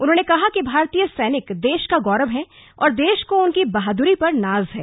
उन्होंने कहा कि भारतीय सैनिक देश का गौरव हैं और देश को उनकी बहादुरी पर नाज है